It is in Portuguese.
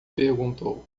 perguntou